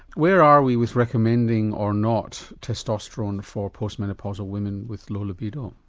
where are we with recommending or not testosterone for postmenopausal women with low libido?